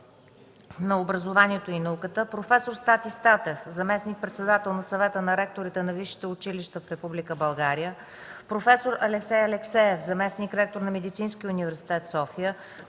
на образованието и науката, проф. Стати Статев – заместник-председател на Съвета на ректорите на висшите училища в Република България, проф. Алексей Алексеев – заместник-ректор на Медицински университет – София,